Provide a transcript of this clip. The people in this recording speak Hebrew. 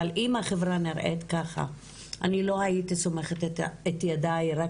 אבל אם החברה נראית ככה אני לא הייתי סומכת את ידיי רק